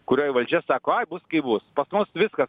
kurioj valdžia sako ai bus kaip bus pas mus viskas